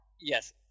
Yes